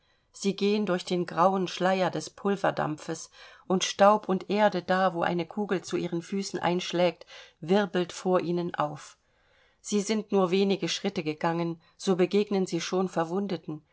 sie gehen durch den grauen schleier des pulverdampfes und staub und erde da wo eine kugel zu ihren füßen einschlägt wirbelt vor ihnen auf sie sind nur wenige schritte gegangen so begegnen sie schon verwundeten